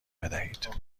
بدهید